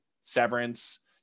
Severance